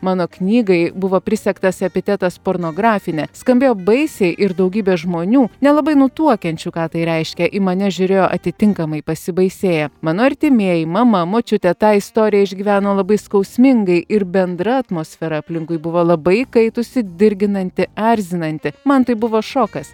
mano knygai buvo prisegtas epitetas pornografinė skambėjo baisiai ir daugybė žmonių nelabai nutuokiančių ką tai reiškia į mane žiūrėjo atitinkamai pasibaisėję mano artimieji mama močiutė tą istoriją išgyveno labai skausmingai ir bendra atmosfera aplinkui buvo labai įkaitusi dirginanti erzinanti man tai buvo šokas